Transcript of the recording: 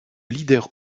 leader